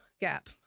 gap